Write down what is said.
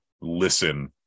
listen